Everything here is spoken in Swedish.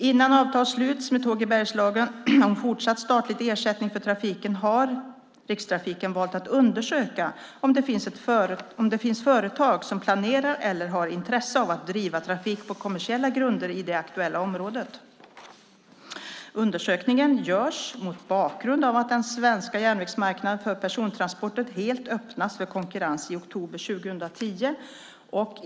Innan avtal sluts med Tåg i Bergslagen om fortsatt statlig ersättning för trafiken har Rikstrafiken valt att undersöka om det finns företag som planerar eller har intresse av att driva trafik på kommersiella grunder i det aktuella området. Undersökningen görs mot bakgrund av att den svenska järnvägsmarknaden för persontransporter helt öppnas för konkurrens i oktober 2010.